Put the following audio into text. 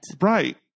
right